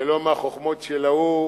ולא מהחוכמות של ההוא,